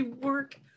work